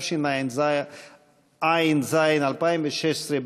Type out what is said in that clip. התשע"ז 2016,